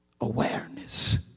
awareness